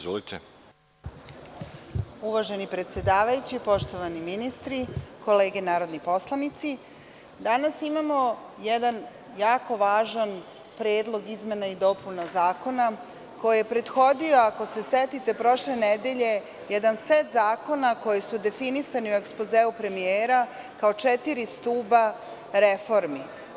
Uvaženi predsedavajući, poštovani ministri, kolege narodni poslanici, danas imamo jedan jako važan predlog izmena i dopuna zakona, koji je prethodio, ako se sećate, prošle nedelje jedan set zakona koji su definisani u ekspozeu premijera kao četiri stuba reformi.